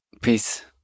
peace